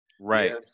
Right